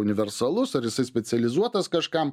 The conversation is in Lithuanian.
universalus ar jisai specializuotas kažkam